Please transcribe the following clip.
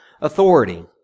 authority